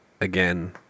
again